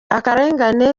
akarengane